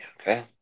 okay